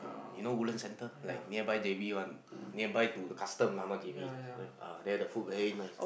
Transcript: you know Woodland center like nearby J_B one nearby to custom lah not J_B there the food very nice